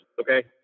okay